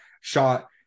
shot